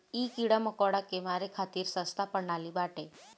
इ कीड़ा मकोड़ा के मारे खातिर सस्ता प्रणाली बाटे